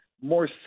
more